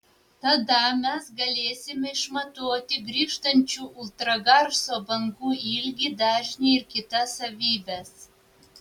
tada mes galėsime išmatuoti grįžtančių ultragarso bangų ilgį dažnį ir kitas savybes